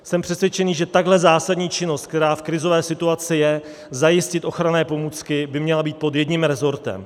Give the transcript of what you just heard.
Jsem přesvědčen, že tahle zásadní činnost, která v krizové situace je, zajistit ochranné pomůcky, by měla být pod jedním rezortem.